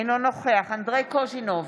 אינו נוכח אנדרי קוז'ינוב,